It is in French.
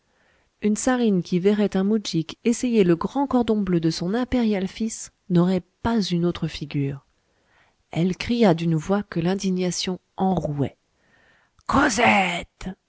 une czarine qui verrait un moujik essayer le grand cordon bleu de son impérial fils n'aurait pas une autre figure elle cria d'une voix que l'indignation enrouait